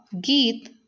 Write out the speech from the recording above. Geet